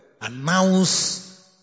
announce